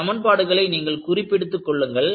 இந்த சமன்பாடுகளை நீங்கள் குறிப்பெடுத்துக் கொள்ளுங்கள்